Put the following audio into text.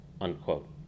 unquote